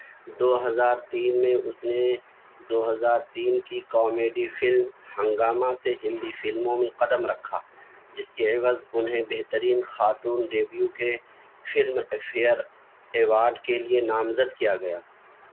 دو ہزار تین میں اس نے دو ہزار تین کی کامیڈی فلم ہنگامہ سے ہندی فلموں میں قدم رکھا جس کے عوض انہیں بہترین خاتون ڈیبیو کے فلم فیئر ایوارڈ کے لیے نامزد کیا گیا